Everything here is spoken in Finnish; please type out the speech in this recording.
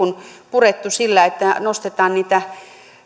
purettu sillä että nostetaan niitä